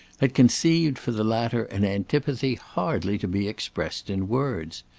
had conceived for the latter an antipathy hardly to be expressed in words.